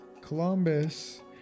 columbus